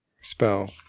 Spell